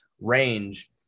range